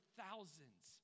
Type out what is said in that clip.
thousands